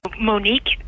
monique